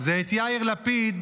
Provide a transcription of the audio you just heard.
זה את יאיר לפיד,